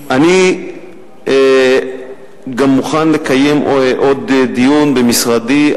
אני גם מוכן לקיים עוד דיון במשרדי,